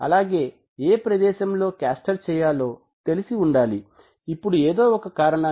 అలాగే ఏ ప్రదేశం లో క్యాస్ట్ చేయాలో తెలిసి ఉండాలి ఇప్పుడు ఏదో ఒక కారణానికి